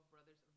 Brothers